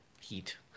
heat